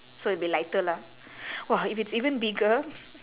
so it'll be lighter lah !wah! if it's even bigger